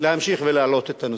להמשיך ולהעלות את הנושא,